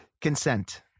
Consent